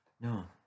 no